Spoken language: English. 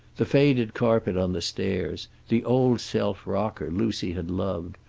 the faded carpet on the stairs, the old self-rocker lucy had loved,